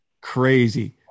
Crazy